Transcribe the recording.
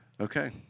Okay